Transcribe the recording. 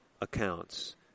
accounts